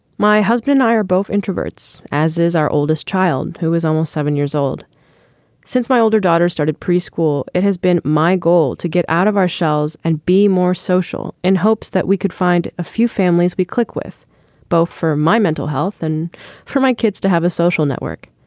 my husband and i are both introverts, as is our oldest child, who is almost seven years old since my older daughter started preschool. it has been my goal to get out of our shells and be more social in hopes that we could find a few families we click with both for my mental health and for my kids to have a social network.